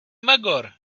magor